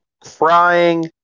crying